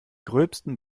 gröbsten